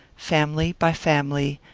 family by family,